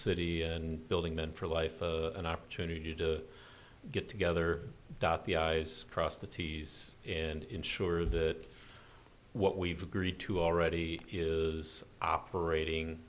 city and building meant for life an opportunity to get together dot the i's cross the t's and ensure that what we've agreed to already is operating